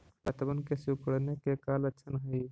पत्तबन के सिकुड़े के का लक्षण हई?